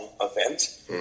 event